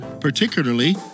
particularly